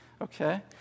Okay